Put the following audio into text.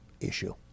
issue